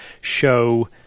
show